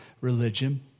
religion